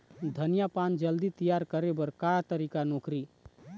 धनिया पान जल्दी तियार करे बर का तरीका नोकरी?